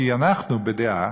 כי אנחנו בדעה,